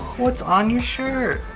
what's on your shirt?